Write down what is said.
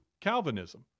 Calvinism